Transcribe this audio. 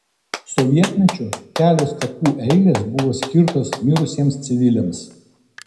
sovietmečiu kelios kapų eilės buvo skirtos mirusiems civiliams